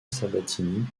sabatini